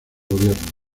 gobierno